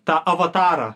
tą avatarą